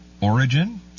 origin